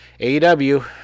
AEW